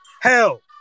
hell